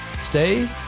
stay